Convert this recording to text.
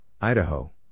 Idaho